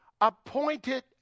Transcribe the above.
appointed